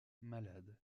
malade